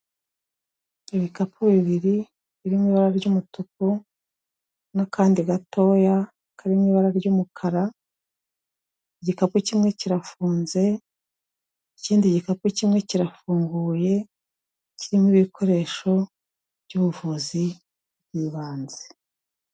Ibikapu bibiri birimo ibara ry'umutuku n'akandi gatoya karimo ibara ry'umukara, igikapu kimwe kirafunze ikindi gikapu kimwe kirafunguye, kirimo ibikoresho by'ubuvuzi bw'ibanze.